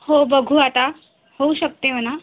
हो बघू आता होऊ शकते म्हणा